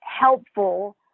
helpful